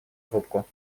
трубку